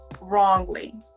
wrongly